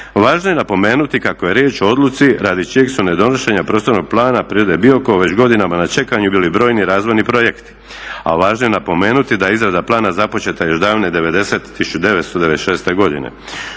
Važno je napomenuti kako je riječ o odluci radi čijeg su ne donošenja Prostornog plana Parka prirode Biokovo već godinama na čekanju bili brojni razvojni projekti. A važno je napomenuti da je izrada plana započeta još davne 1996. godine.